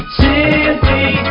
simply